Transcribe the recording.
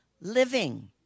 living